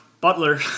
Butler